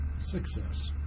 Success